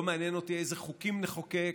לא מעניין אותי איזה חוקים נחוקק,